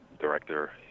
director